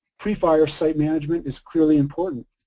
pre-fire site management is clearly important.